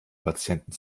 patienten